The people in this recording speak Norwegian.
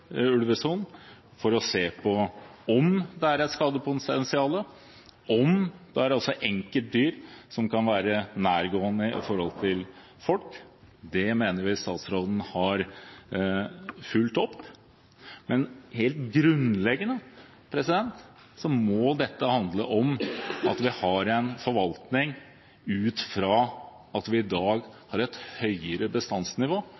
ulvesonen for å se på om det er et skadepotensial og om det er enkeltdyr som kan være nærgående overfor folk. Det mener vi statsråden har fulgt opp. Men helt grunnleggende må dette handle om at vi har en forvaltning ut fra at vi i dag har et høyere bestandsnivå.